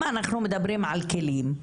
אם אנחנו מדברים על כלים,